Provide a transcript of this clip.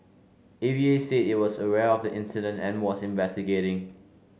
A V A said it was aware of the incident and was investigating